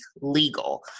legal